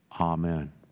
Amen